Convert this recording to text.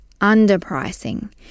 underpricing